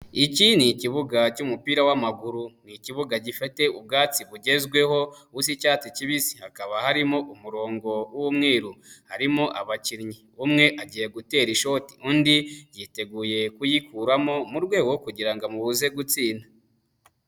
Iki ni ikibuga cy'umupira w'amaguru, ni ikibuga gifite ubwatsi bugezweho, gisa icyatsi kibisi, hakaba harimo umurongo w'umweruru, harimo abakinnyi, umwe agiye gutera ishoti undi yiteguye kuyikuramo mu rwego kugira ngo amubuzeze gutsinda.